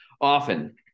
often